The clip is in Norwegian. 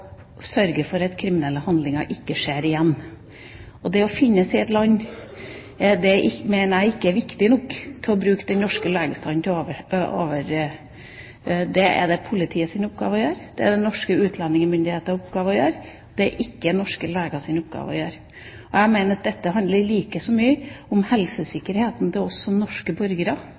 sørge for at kriminelle handlinger ikke skjer igjen. Og det å finnes i et land mener jeg ikke er viktig nok til å bruke den norske legestanden – det er det politiets og de norske utlendingsmyndigheters oppgave å gjøre. Det er ikke norske legers oppgave å gjøre dette. Jeg mener at dette handler like mye om helsesikkerheten til oss som norske borgere,